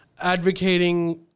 advocating